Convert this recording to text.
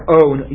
own